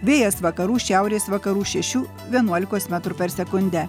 vėjas vakarų šiaurės vakarų šešių vienuolikos metrų per sekundę